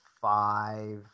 Five